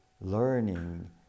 learning